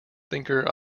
thinker